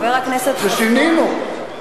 ששינינו,